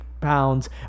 pounds